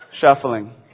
shuffling